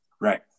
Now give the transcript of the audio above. Right